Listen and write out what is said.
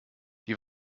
die